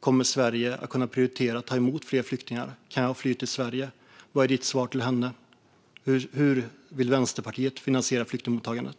Kommer Sverige att kunna prioritera att ta emot fler flyktingar? Kan jag fly till Sverige? Vilket är ditt svar till henne, Yasmine Posio? Hur vill Vänsterpartiet finansiera flyktingmottagandet?